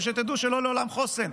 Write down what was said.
ושתדעו שלא לעולם חוסן.